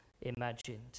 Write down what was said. imagined